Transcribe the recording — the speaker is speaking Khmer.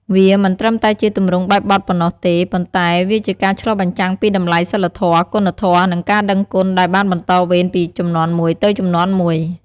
វាមិនត្រឹមតែជាទម្រង់បែបបទប៉ុណ្ណោះទេ ប៉ុន្តែវាជាការឆ្លុះបញ្ចាំងពីតម្លៃសីលធម៌ គុណធម៌ និងការដឹងគុណដែលបានបន្តវេនពីជំនាន់មួយទៅជំនាន់មួយ។